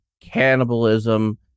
cannibalism